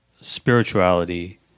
spirituality